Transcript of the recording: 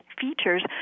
features